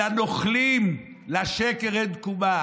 ולנוכלים: לשקר אין תקומה.